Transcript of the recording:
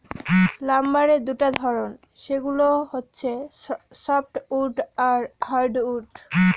লাম্বারের দুটা ধরন, সেগুলো হচ্ছে সফ্টউড আর হার্ডউড